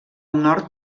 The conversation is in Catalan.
nord